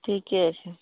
ठीके छै